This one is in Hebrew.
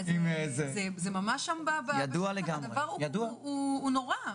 זה ממש דבר נורא.